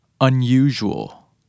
Unusual